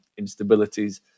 instabilities